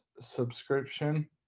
subscription